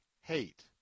hate